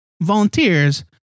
volunteers